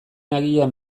agian